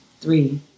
Three